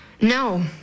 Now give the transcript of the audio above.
no